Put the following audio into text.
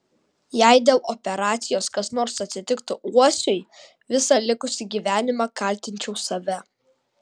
jei dėl operacijos kas nors atsitiktų uosiui visą likusį gyvenimą kaltinčiau save